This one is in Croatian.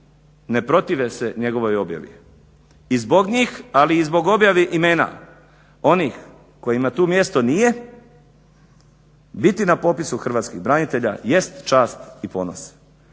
ne protive se njegovoj objavi. I zbog njih, ali i zbog objave imena onih kojima tu mjesto nije biti na popisu hrvatskih branitelja jest čast i ponos.